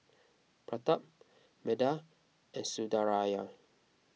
Pratap Medha and Sundaraiah